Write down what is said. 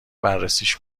بررسیش